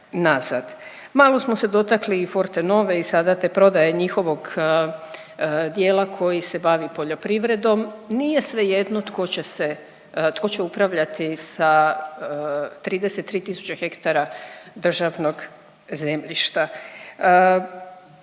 Malo smo se dotakli i Fortanove i sada te prodaje njihovog dijela koji se bavi poljoprivredom, nije svejedno tko će se, tko će upravljati sa 33 tisuće hektara državnog zemljišta.